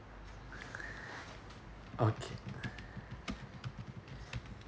okay